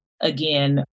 again